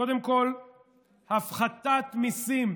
קודם כול בהפחתת מיסים.